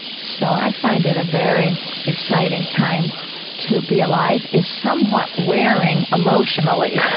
so i find it a very exciting time to be alive, if somewhat wearing emotionally.